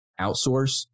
outsource